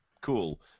cool